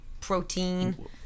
protein